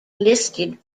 listed